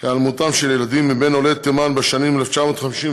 היעלמותם של ילדים מבין עולי תימן בשנים 1948